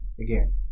again